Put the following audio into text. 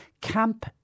Camp